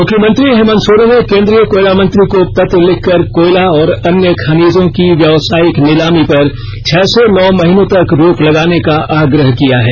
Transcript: मुख्यमंत्री हेमंत सोरेन ने केन्द्रीय कोयला मंत्री को पत्र लिखकर कोयला और अन्य खनिजों की व्यवसायिक नीलामी पर छह से नौ महीनों तक रोक लगाने का आग्रह किया है